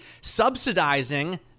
subsidizing